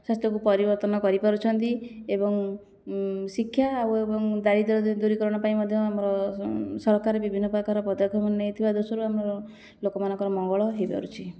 ସେ ସବୁ ପରିବର୍ତ୍ତନ କରିପାରୁଛନ୍ତି ଏବଂ ଶିକ୍ଷା ଆଉ ଏବଂ ଦାରିଦ୍ର୍ୟ ଦୂରୀକରଣ ପାଇଁ ମଧ୍ୟ ଆମର ସରକାର ବିଭିନ୍ନପ୍ରକାର ପଦକ୍ଷେପ ନେଇଥିବା ଦେଶରୁ ଆମର ଲୋକମାନଙ୍କ ମଙ୍ଗଳ ହେଇପାରୁଛି